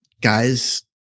guys